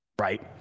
right